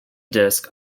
disk